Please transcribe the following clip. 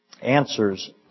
answers